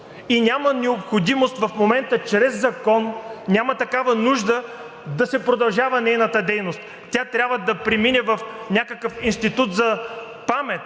и няма необходимост в момента чрез закон, няма такава нужда, да се продължава нейната дейност. Тя трябва да премине в някакъв институт за памет